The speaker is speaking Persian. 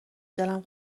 دلم